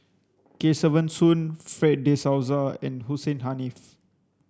Kesavan Soon Fred de Souza and Hussein Haniff